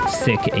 sick